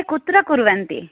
कुत्र कुर्वन्ति